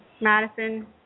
Madison